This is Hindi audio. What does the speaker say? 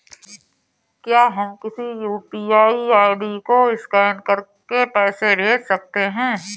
क्या हम किसी यू.पी.आई आई.डी को स्कैन करके पैसे भेज सकते हैं?